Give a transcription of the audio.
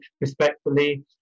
respectfully